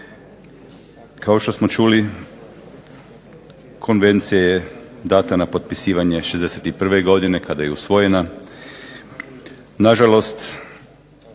Hvala vam